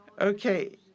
Okay